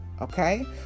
Okay